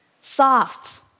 soft